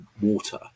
water